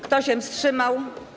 Kto się wstrzymał?